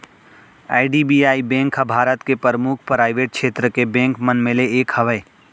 IDBI bank ह भारत के परमुख पराइवेट छेत्र के बेंक मन म ले एक हवय